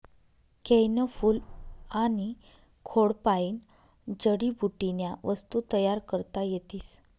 केयनं फूल आनी खोडपायीन जडीबुटीन्या वस्तू तयार करता येतीस